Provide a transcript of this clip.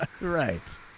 right